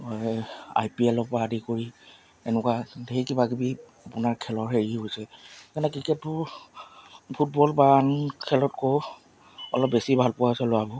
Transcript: আই P L ৰ পৰা আদি কৰি এনেকুৱা ধেৰ কিবাকিবি আপোনাৰ খেলৰ হেৰি হৈছে যেনে ক্ৰিকেটটো ফুটবল বা আন খেলতকৈ অলপ বেছি ভাল পোৱা হৈছে ল'ৰাবোৰ